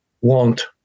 want